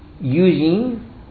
using